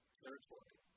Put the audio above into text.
territory